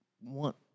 want